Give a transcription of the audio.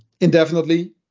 indefinitely